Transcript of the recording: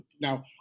now